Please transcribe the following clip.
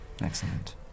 Excellent